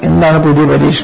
എന്താണ് പുതിയ പരീക്ഷണം